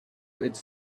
its